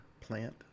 Plant